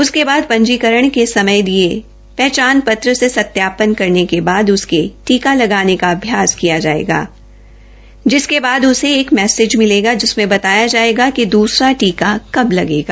उसके बाद पंजीकरण के समय दिये पहचान पत्र से सत्यापन करने के बाद उसे टीका लगाने का अभ्यास किया जायेगा जिसके बाद उसे एक मैसेज मिलेगा जिसमें बताया जायेगा कि दूसरा टीका कब लगेगा